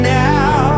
now